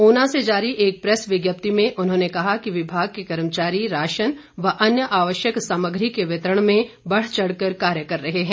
ऊना से जारी एक प्रैस विज्ञप्ति में उन्होंने कहा कि विभाग के कर्मचारी राशन व अन्य आवश्यक सामग्री के वितरण में बढ़चढ़ कर कार्य कर रहे हैं